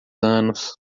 anos